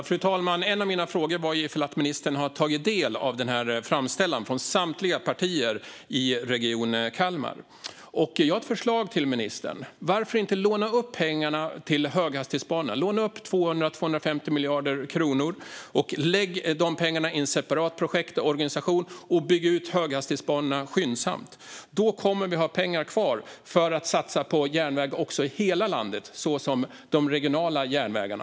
Fru talman! En av min frågor var ifall ministern har tagit del av framställan från samtliga partier i Region Kalmar. Jag har ett förslag till ministern: Varför inte låna pengarna till höghastighetsbanorna? Låna 200-250 miljarder kronor, lägg de pengarna i en separat projektorganisation och bygg ut höghastighetsbanorna skyndsamt! Då kommer vi att ha pengar kvar att satsa på järnväg i hela landet såsom de regionala järnvägarna.